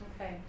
Okay